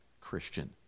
Christian